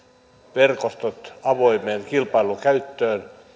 verkostot avoimen kilpailun käyttöön